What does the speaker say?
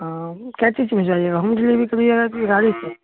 हँ क्या चीज से भेजवाइएगा होम डिलीवरी कीजिएगा की गाड़ी से